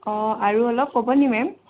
অঁ আৰু অলপ ক'ব নি মে'ম